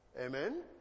Amen